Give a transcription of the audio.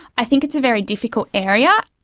i think it's a very difficult area.